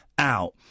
Out